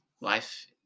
life